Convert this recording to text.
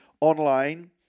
online